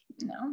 No